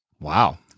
Wow